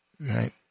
right